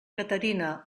caterina